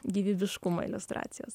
gyvybiškumą iliustracijos